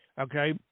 Okay